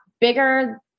bigger